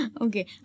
Okay